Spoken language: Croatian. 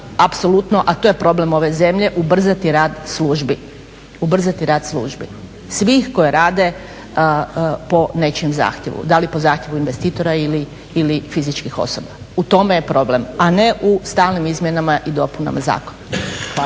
a to je problem ove zemlje, ubrzati rad službi svih koje rade po nečijem zahtjevu. Da li po zahtjevu investitora ili fizičkih osoba. U tome je problem, a ne u stalnim izmjenama i dopunama zakona.